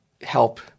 help